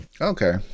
Okay